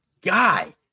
guy